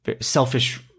selfish